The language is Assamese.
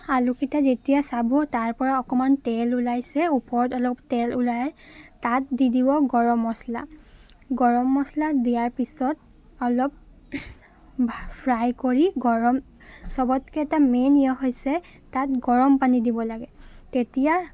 আলুকেইটা যেতিয়া চাব তাৰপৰা অকমান তেল ওলাইছে ওপৰত অলপ তেল ওলাই তাত দি দিব গৰম মছলা গৰম মছলা দিয়াৰ পিছত অলপ ফ্ৰাই কৰি গৰম চবতকৈ এটা মেইন ই হৈছে তাত গৰম পানী দিব লাগে তেতিয়া